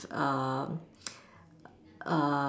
uh uh